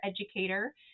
educator